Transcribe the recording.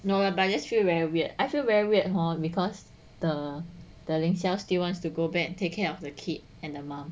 no lah but just feel very weird I feel very weird hor because the darling 凌霄 still wants to go back and take care of the kid and mum